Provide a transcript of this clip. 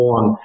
One